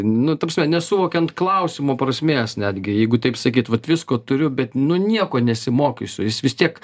nu ta prasme nesuvokiant klausimo prasmės netgi jeigu taip sakyt kad visko turiu bet nu nieko nesimokysiu jis vis tiek